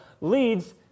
leads